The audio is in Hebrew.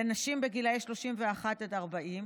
לנשים בגילאי 31 40,